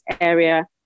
area